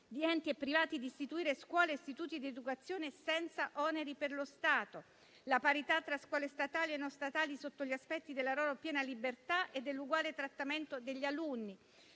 di enti privati di istituire scuole e istituti di educazione senza oneri per lo Stato; la parità tra scuole statali e non statali sotto gli aspetti della loro piena libertà e dell'uguale trattamento degli alunni;